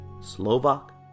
Slovak